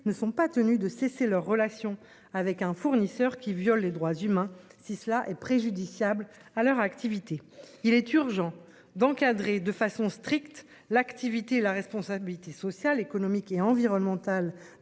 ne sont pas tenus de cesser leurs relations avec un fournisseur qui viole les droits humains, si cela est préjudiciable à leur activité. Il est urgent d'encadrer de façon stricte, l'activité la responsabilité sociale, économique et environnementale